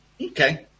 Okay